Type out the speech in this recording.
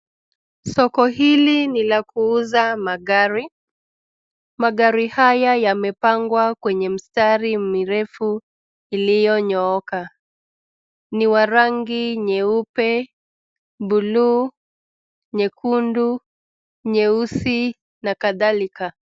Soko hili ni la kuuza magari. Magari haya yamepangwa kwenye mstari mirefu iliyonyooka. Ni wa rangi nyeupe, bluu, nyekundu ,nyeusi na kadhalika.